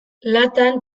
latan